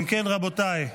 אם כן, רבותיי,